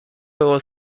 było